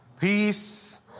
peace